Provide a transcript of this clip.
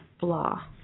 blah